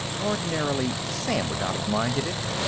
ordinarily, sam would not have minded it.